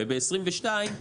וב-2022,